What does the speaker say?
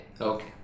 Okay